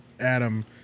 Adam